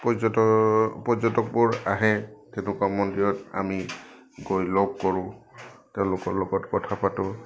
পৰ্যট পৰ্যটকবোৰ আহে তেনেকুৱা মন্দিৰত আমি গৈ লগ কৰোঁ তেওঁলোকৰ লগত কথা পাতোঁ